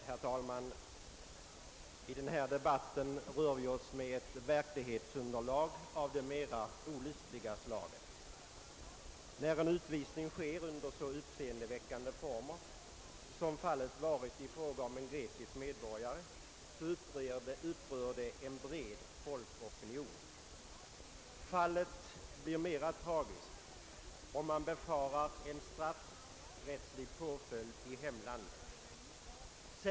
Herr talman! I denna debatt rör vi oss med ett verklighetsunderlag av det mer olustiga slaget. När en utvisning sker under så uppseendeväckande former som fallet varit i fråga om en grekisk medborgare upprör det en bred folkopinion. Fallet blir än mer tragiskt om man befarar en straffrättslig påföljd i hemlandet.